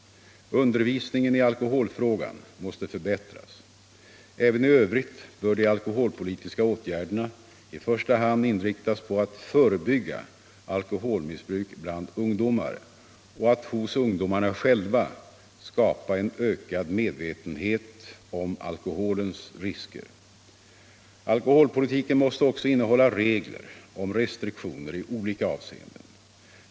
Undervisningen i alkoholfrågan måste förbättras. Även i övrigt bör de alkoholpolitiska åtgärderna i första hand inriktas på att förebygga alkoholmissbruk bland ungdomar och att hos ungdomarna själva skapa en ökad medvetenhet om alkoholens risker. Alkoholpolitiken måste också innehålla regler om restriktioner i olika avseenden.